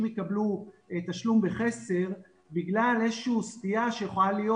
יקבלו תשלום בחסר בגלל איזה שהיא סטייה שיכולה להיות